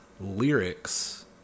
lyrics